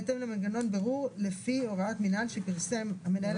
בהתאם למנגנון בירור לפי הוראת מינהל שפרסם המנהל